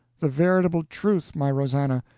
the veritable truth, my rosannah,